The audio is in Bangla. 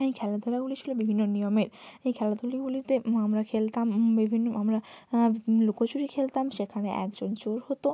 এই খেলাধূলাগুলি ছিল বিভিন্ন নিয়মের এই খেলাধূলাগুলিতে আমরা খেলতাম বিভিন্ন আমরা লুকোচুরি খেলতাম সেখানে একজন চোর হতো